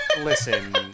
Listen